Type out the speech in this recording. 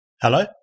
Hello